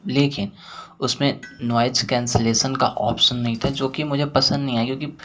लेकिन उसमें noise cancellation का ऑप्शन नहीं था जो कि मुझे पसंद नहीं आया क्योंकि